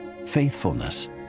faithfulness